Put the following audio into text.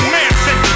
Manson